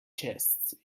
chests